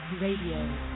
Radio